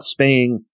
spaying